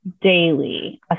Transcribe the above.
daily